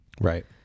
Right